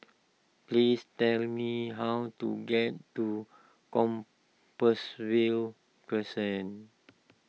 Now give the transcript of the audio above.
please tell me how to get to Compassvale Crescent